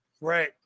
Right